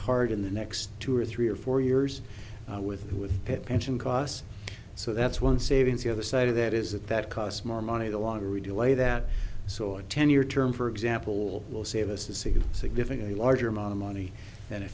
hard in the next two or three or four years with pension costs so that's one savings the other side of that is that that cost more money the longer we delay that so a ten year term for example will save us to see a significantly larger amount of money in a